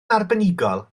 arbenigol